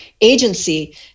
agency